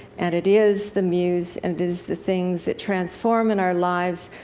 and it is the muse, and it is the things that transform in our lives,